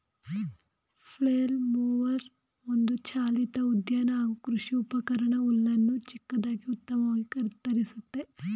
flail mower ಒಂದು ಚಾಲಿತ ಉದ್ಯಾನ ಹಾಗೂ ಕೃಷಿ ಉಪಕರಣ ಹುಲ್ಲನ್ನು ಚಿಕ್ಕದಾಗಿ ಉತ್ತಮವಾಗಿ ಕತ್ತರಿಸುತ್ತೆ